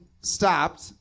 stopped